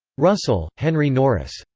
russell, henry norris,